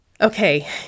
okay